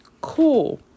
Cool